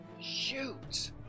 Shoot